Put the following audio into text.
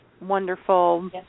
wonderful